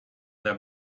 their